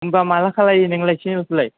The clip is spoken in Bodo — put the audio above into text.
होमब्ला माला खालामो नोंलाय चेनेलखौलाय